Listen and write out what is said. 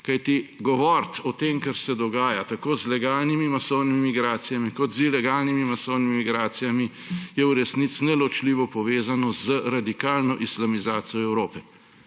Kajti govoriti o tem, kaj se dogaja tako z legalnimi masovnimi migracijami kot z ilegalnimi masovnimi migracijami, je v resnici neločljivo povezano z radikalno islamizacijo Evrope,